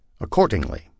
Accordingly